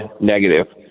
negative